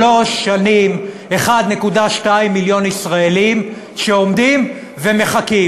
שלוש שנים 1.2 מיליון ישראלים עומדים ומחכים,